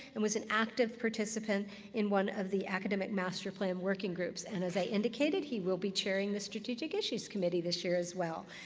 and was an active participant in one of the academic master plan working groups. and as i indicated, he will be chairing the strategic issues committee this year as well.